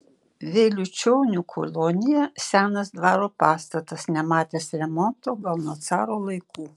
vėliučionių kolonija senas dvaro pastatas nematęs remonto gal nuo caro laikų